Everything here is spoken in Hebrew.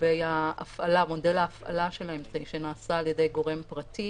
לגבי מודל ההפעלה של האמצעי שנעשה על ידי גורם פרטי